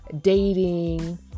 dating